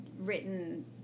written